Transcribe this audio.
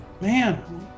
Man